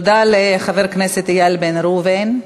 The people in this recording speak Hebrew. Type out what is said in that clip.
תודה לחבר הכנסת איל בן ראובן.